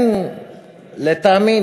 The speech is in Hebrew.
לטעמי,